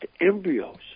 embryos